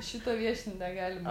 šito viešint negalima